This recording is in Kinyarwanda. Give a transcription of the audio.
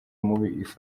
mubi